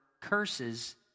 curses